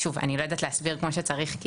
אני לא יודעת להסביר כמו שצריך,